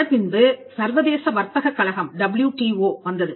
அதன் பின்பு சர்வதேச வர்த்தகக் கழகம் வந்தது